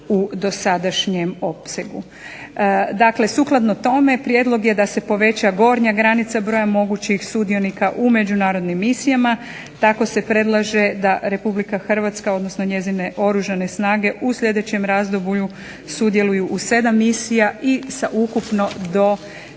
u dosadašnjem opsegu. Dakle, sukladno tome da se poveća gornja granica broja mogućih sudionika u međunarodnim misijama. Tako se predlaže da RH odnosno njezine oružane snage u sljedećem razdoblju sudjeluju u 7 misija i sa ukupno do 146